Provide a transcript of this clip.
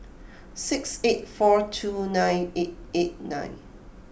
six eight four two nine eight eight nine